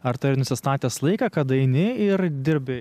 ar turi nusistatęs laiką kada eini ir dirbi